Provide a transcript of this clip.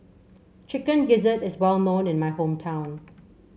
Chicken Gizzard is well known in my hometown